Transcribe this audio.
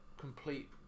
complete